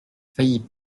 faillit